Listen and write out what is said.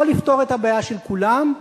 או לפתור את הבעיה של כולם,